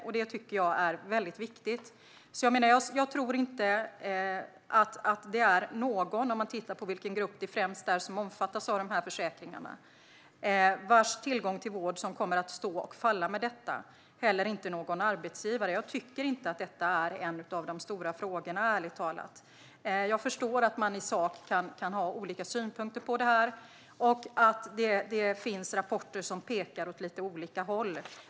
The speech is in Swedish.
Detta tycker jag är väldigt viktigt. I den grupp som främst omfattas av de här försäkringarna tror jag inte att någons tillgång till vård kommer att stå och falla med detta, och inte heller någon arbetsgivare. Jag tycker ärligt talat inte att detta är en av de stora frågorna. Jag förstår att man i sak kan ha olika synpunkter på detta och att det finns rapporter som pekar åt lite olika håll.